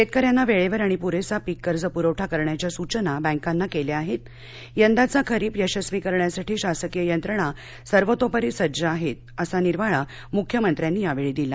शेतकऱ्यांना वेळेवर आणि पुरेसा पीक कर्जपुरवठा करण्याच्या सूचना बँकांना केल्या आहेत यंदाचा खरीप यशस्वी करण्यासाठी शासकीय यंत्रणा सर्वतोपरी सज्ज आहे असा निर्वाळा मुख्यमंत्र्यांनी यावेळी दिला